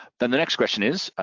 then the next question is,